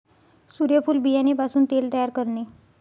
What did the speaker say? सूर्यफूल बियाणे पासून तेल तयार करणे